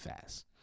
fast